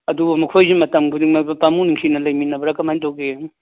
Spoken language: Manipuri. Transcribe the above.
ꯑꯗꯨꯒ ꯃꯈꯣꯏꯁꯤ ꯃꯇꯝ ꯈꯨꯗꯤꯡꯃꯛꯇ ꯄꯥꯝꯃꯨ ꯅꯨꯡꯁꯤꯅ ꯂꯩꯃꯤꯟꯅꯕ꯭ꯔꯥ ꯀꯃꯥꯏ ꯇꯧꯒꯦ